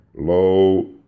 low